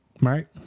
right